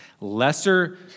lesser